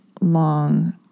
long